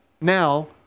now